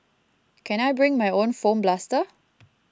can I bring my own foam blaster